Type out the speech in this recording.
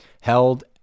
held